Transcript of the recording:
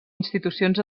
institucions